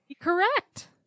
Correct